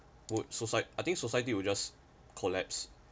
would societ~ I think society will just collapse